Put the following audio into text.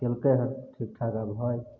कयलकै हँ ठीकठाक आब घर